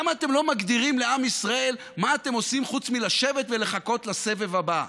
למה אתם לא מגדירים לעם ישראל מה אתם עושים חוץ מלשבת ולחכות לסבב הבא,